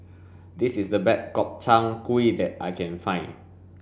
this is the best Gobchang gui that I can find